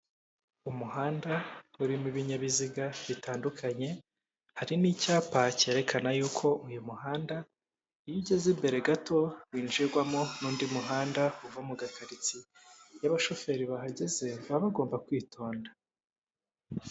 Umuhanda urimo ibinyabiziga bitandukanye, harimo icyapa cyerekana y'uko uyu muhanda iyo ugeze mbere gato winjirwamo n'undi muhanda uva mu gakaritsiye, iyo abashoferi bahageze baba bagomba kwitonda.